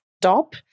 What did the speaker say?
stop